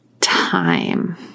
time